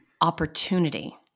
opportunity